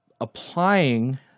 applying